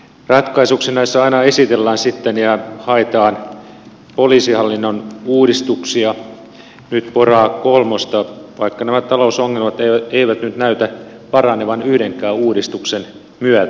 ratkaisuksi näissä aina esitellään sitten ja haetaan poliisihallinnon uudistuksia nyt pora kolmosta vaikka nämä talousongelmat eivät nyt näytä paranevan yhdenkään uudistuksen myötä